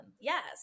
yes